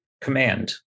command